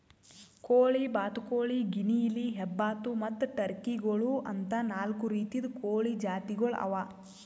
ಕೋಳಿ, ಬಾತುಕೋಳಿ, ಗಿನಿಯಿಲಿ, ಹೆಬ್ಬಾತು ಮತ್ತ್ ಟರ್ಕಿ ಗೋಳು ಅಂತಾ ನಾಲ್ಕು ರೀತಿದು ಕೋಳಿ ಜಾತಿಗೊಳ್ ಅವಾ